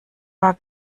war